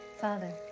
Father